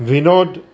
Vinod